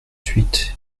suite